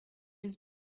was